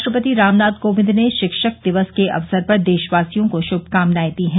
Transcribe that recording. राष्ट्रपति रामनाथ कोविंद ने शिक्षक दिवस के अवसर पर देशवासियों को शुभकामनाएं दी हैं